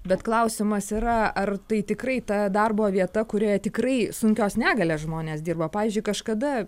bet klausimas yra ar tai tikrai ta darbo vieta kurioje tikrai sunkios negalios žmonės dirba pavyzdžiui kažkada